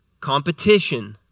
competition